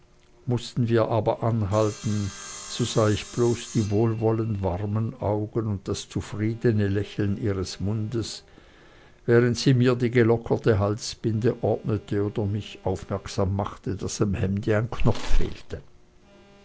mußten wir aber anhalten so sah ich bloß die wohlwollend warmen augen und das zufriedene lächeln ihres mundes während sie mir die gelockerte halsbinde ordnete oder mich aufmerksam machte daß am hemde ein knopf fehle